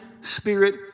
spirit